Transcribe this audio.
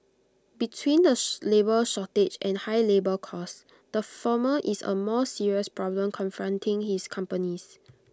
between the labour shortage and high labour costs the former is A more serious problem confronting his companies